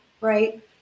right